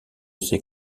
ces